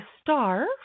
star